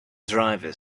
driver